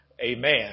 Amen